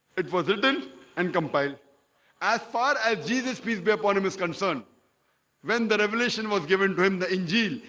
it was written and compiled as far as jesus peace be upon him is concerned when the revelation was given to him the injeel,